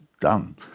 done